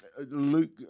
Luke